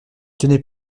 tenais